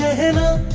hello.